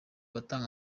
batanga